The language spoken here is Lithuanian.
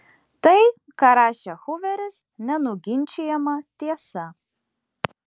tai ką rašė huveris nenuginčijama tiesa